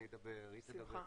אני אדבר והיא תדבר,